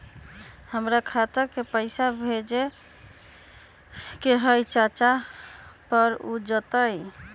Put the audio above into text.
हमरा खाता के पईसा भेजेए के हई चाचा पर ऊ जाएत?